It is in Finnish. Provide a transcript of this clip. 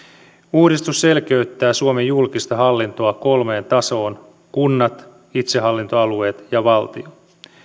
uudistus selkeyttää suomen julkista hallintoa kolmeen tasoon kunnat itsehallintoalueet ja valtio